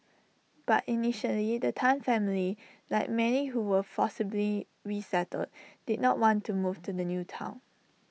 but initially the Tan family like many who were forcibly resettled did not want to move to the new Town